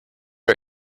one